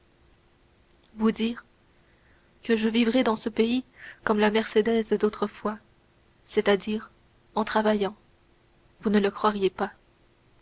vous dire que je vivrai dans ce pays comme la mercédès d'autrefois c'est-à-dire en travaillant vous ne le croiriez pas